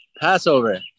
Passover